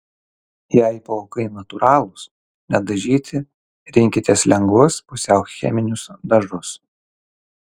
jei plaukai natūralūs nedažyti rinkitės lengvus pusiau cheminius dažus